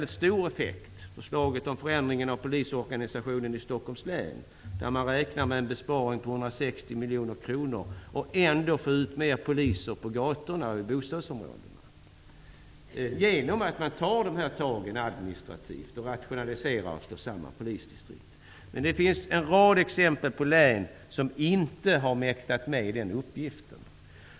Det gäller t.ex. förslaget om förändringen av polisorganisationen i Stockholms län. Man räknar där med en besparing på 160 miljoner kronor och ändå få ut fler poliser på gatorna och i bostadsområdena genom att man administrativt rationaliserar och slår samman polisdistrikt. Men det finns en rad exempel på län som inte har mäktat med den uppgiften.